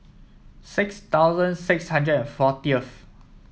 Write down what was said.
six thousand six hundred and fortieth